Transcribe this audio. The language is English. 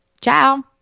Ciao